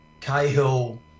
Cahill